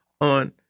on